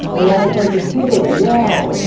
they all start to cheer and yell.